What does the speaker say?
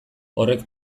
horrek